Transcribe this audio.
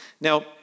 Now